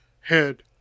head